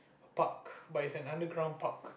park but it's an underground park